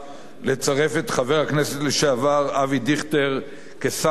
לצרף את חבר הכנסת לשעבר אבי דיכטר כשר נוסף